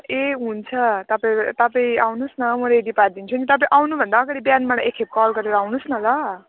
ए हुन्छ तपाईँ तपाईँ आउनुस् न म रेडी पारिदिन्छु नि तपाईँ आउनुभन्दा अगाडि बिहान मलाई एकखेप कल गरेर आउनुहोस् न ल